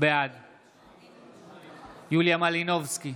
בעד יוליה מלינובסקי,